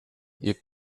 ihr